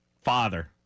Father